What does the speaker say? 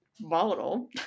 volatile